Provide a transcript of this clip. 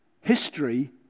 History